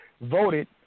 voted